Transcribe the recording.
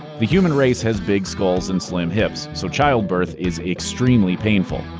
the human race has big skulls and slim hips, so childbirth is extremely painful.